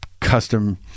Custom